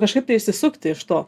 kažkaip tai išsisukti iš to